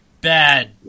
bad